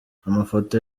amafoto